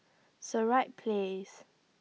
Sirat Place